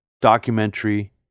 documentary